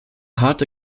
harte